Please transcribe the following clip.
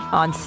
on